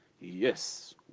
Yes